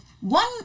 one